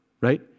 right